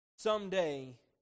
Someday